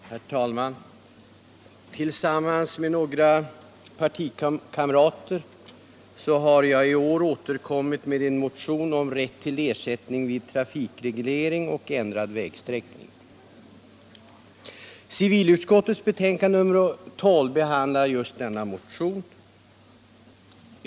Herr talman! Tillsammans med några partikamrater har jag i år återkommit med en motion om rätt till ersättning vid trafikreglering och ändrad vägsträckning. Civilutskottets betänkande nr 12 behandlar just denna motion.